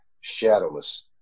shadowless